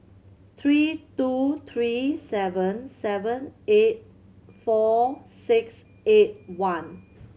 three two three seven seven eight four six eight one